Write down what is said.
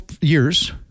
years